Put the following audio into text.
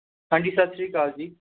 ਹਾਂਜੀ ਸਤਿ ਸ਼੍ਰੀ ਅਕਾਲ ਜੀ